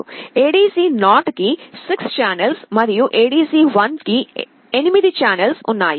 ADC 0 కి 6 channels మరియు ADC 1 కు 8 ఛానెల్స్ ఉన్నాయి